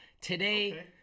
Today